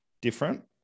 different